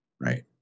right